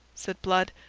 said blood.